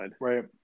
Right